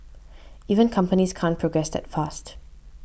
even companies can't progress that fast